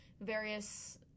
various